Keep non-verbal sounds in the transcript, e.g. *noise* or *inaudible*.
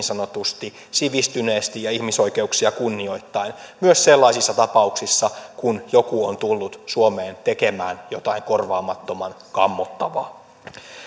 *unintelligible* sanotusti sivistyneesti ja ihmisoikeuksia kunnioittaen myös sellaisissa tapauksissa kun joku on tullut suomeen tekemään jotain korvaamattoman kammottavaa